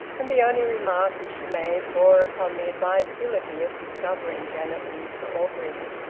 and the only remark which she made bore upon the advisability of discovering janet and mr orgreave.